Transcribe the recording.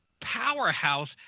powerhouse